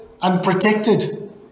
unprotected